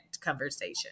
conversation